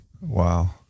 Wow